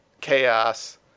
chaos